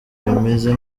bimeze